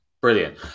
Brilliant